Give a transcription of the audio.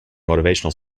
motivational